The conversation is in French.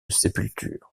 sépulture